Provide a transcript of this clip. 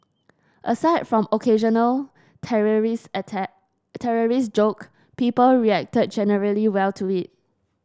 aside from occasional terrorist attack terrorist joke people reacted generally well to it